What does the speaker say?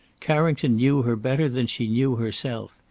carrington knew her better than she knew herself.